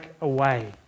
away